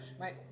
right